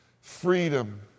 Freedom